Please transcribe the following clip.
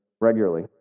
regularly